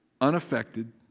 unaffected